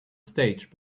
stage